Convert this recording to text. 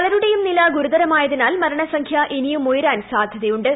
പലരുടെയും നില ഗുരുതരമായതിനാൽ മരണസംഖൃ ഇനിയും ഉയരാൻ സാധൃതയു്